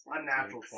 Unnatural